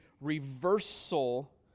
reversal